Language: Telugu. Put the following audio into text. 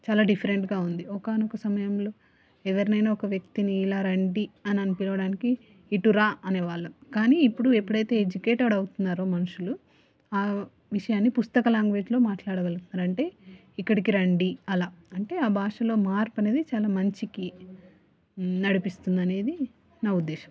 చాలా డిఫరెంట్గా ఉంది ఒకానొక సమయంలో ఎవరినైనా ఒక వ్యక్తిని ఇలా రండి అని అని పిలవడానికి ఇటు రా అనేవాళ్ళం కానీ ఇప్పుడు ఎప్పుడైతే ఎడ్యుకేటెడ్ అవుతున్నారో మనుషులు ఆ విషయాన్ని పుస్తక లాంగ్వేజ్లో మాట్లాడగలుగుతున్నారంటే ఇక్కడికి రండి అలా అంటే ఆ భాషలో మార్పు అనేది చాలా మంచికి నడిపిస్తుందనేది నా ఉద్దేశ్యం